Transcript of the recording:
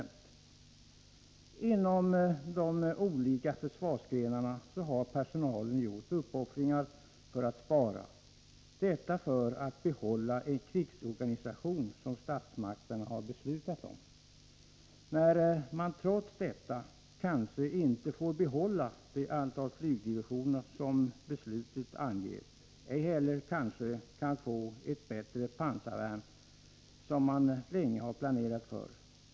Personalen inom de olika försvarsgrenarna har gjort uppoffringar för att spara, detta för att vi skall kunna behålla den krigsorganisation som statsmakterna har beslutat om. Trots detta får man kanske inte behålla det antal flygdivisioner som beslutats. Kanske får man inte heller ett bättre pansarvärn, som man länge har planerat för.